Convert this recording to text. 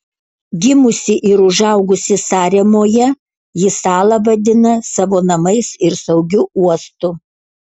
gimusi ir užaugusi saremoje ji salą vadina savo namais ir saugiu uostu